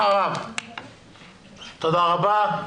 תודה רבה.